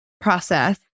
process